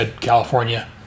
California